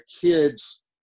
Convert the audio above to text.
kids